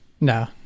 no